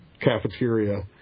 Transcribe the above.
cafeteria